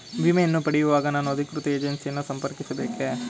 ವಿಮೆಯನ್ನು ಪಡೆಯುವಾಗ ನಾನು ಅಧಿಕೃತ ಏಜೆನ್ಸಿ ಯನ್ನು ಸಂಪರ್ಕಿಸ ಬೇಕೇ?